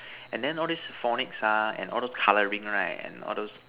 and then all these phonics ah and all these colouring right and all those